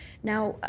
now,